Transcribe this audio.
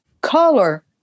Color